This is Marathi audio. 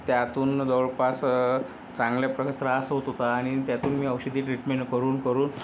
त्यातून जवळपास चांगल्याप्रकारे त्रास होत होता आणि त्यातून मी औषधी ट्रीटमेंट करून करून